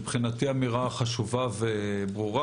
מבחינתי זאת אמירה חשובה וברורה.